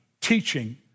teaching